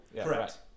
Correct